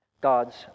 God's